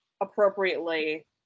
appropriately